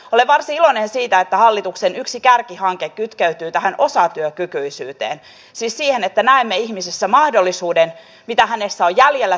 olen iloinen siitä että hallituksen yksi kärkihanke kytkeytyy tähän osatyökykyisyyteen siis siihen että nainen ihmisessä mahdollisuuden pidä hänestä on jäljellä